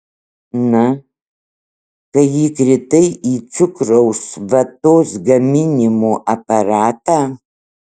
na kai įkritai į cukraus vatos gaminimo aparatą